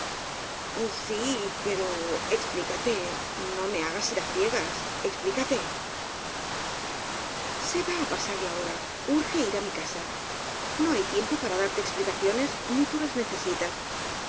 sí pero explicate no me hagas ir á ciegas explícate s e va á pasar la hora urge ir á mi casa no hay tiempo para darte explicaciones ni tú las